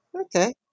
Okay